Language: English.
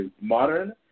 modern